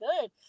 good